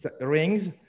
rings